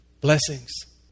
Blessings